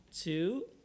two